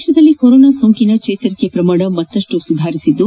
ದೇತದಲ್ಲಿ ಕೊರೋನಾ ಸೋಂಕಿನ ಚೇತರಿಕೆ ಪ್ರಮಾಣ ಮತ್ತಷ್ಟು ಸುಧಾರಿಸಿದ್ದು